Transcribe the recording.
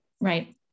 right